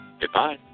Goodbye